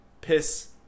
piss